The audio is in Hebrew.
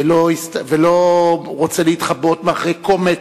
ולא רוצה להתחבא מאחורי קומץ.